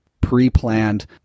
pre-planned